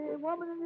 woman